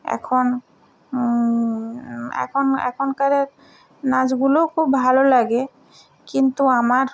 এখন এখন এখনকারের নাচগুলোও খুব ভালো লাগে কিন্তু আমার